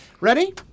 Ready